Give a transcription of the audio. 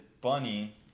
bunny